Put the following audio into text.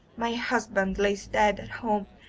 my husband lies dead at home,